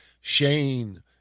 Shane